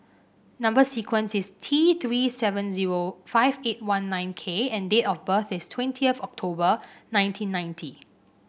number sequence is T Three seven zero five eight one nine K and date of birth is twentieth October nineteen ninety